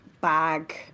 bag